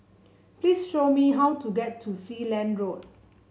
please show me how to get to Sealand Road